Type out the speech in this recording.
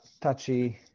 touchy